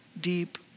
deep